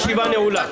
הישיבה נעולה.